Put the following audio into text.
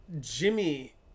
Jimmy